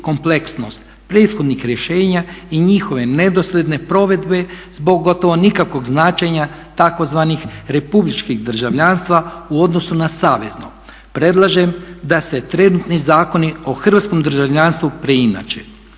kompleksnost prethodnih rješenja i njihove nedosljedne provedbe zbog gotovo nikakvog značenja tzv. republičkih državljanstava u odnosu na savezno. Predlažem da se trenutni zakoni o hrvatskom državljanstvu preinače.